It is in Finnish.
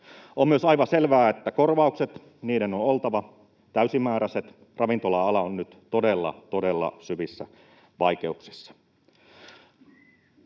On myös aivan selvää, että korvausten on oltava täysimääräiset. Ravintola-ala on nyt todella, todella syvissä vaikeuksissa.